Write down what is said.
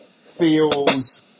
feels